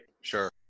Sure